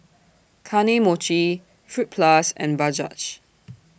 Kane Mochi Fruit Plus and Bajaj